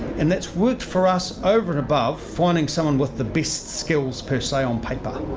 and it's worked for us over and above finding someone with the best skills per se on paper.